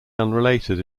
unrelated